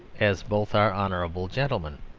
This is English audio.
as both are honourable gentlemen.